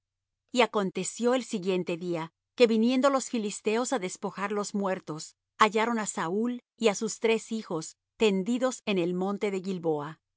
y aconteció el siguiente día que viniendo los filisteos á despojar los muertos hallaron á saúl y á sus tres hijos tendidos en el monte de gilboa y